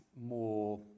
more